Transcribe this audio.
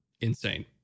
insane